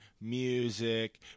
music